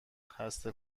خسته